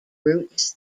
routes